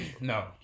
No